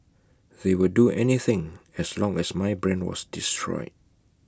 they would do anything as long as my brand was destroyed